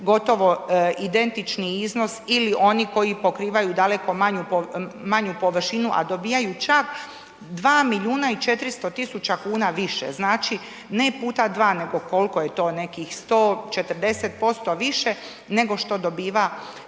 gotovo identični iznos ili oni koji pokrivaju daleko manju površinu a dobivaju čak 2 milijuna i 400 tisuća kuna više. Znači ne puta dva nego koliko je to nekih 140% više nego što dobiva